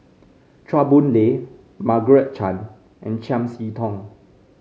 Chua Boon Lay Margaret Chan and Chiam See Tong